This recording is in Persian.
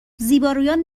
زیبایان